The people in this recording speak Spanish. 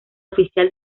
oficial